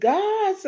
God